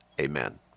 amen